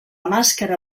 màscara